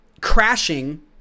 crashing